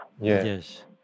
Yes